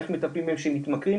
איך מטפלים בהם שהם מתמכרים,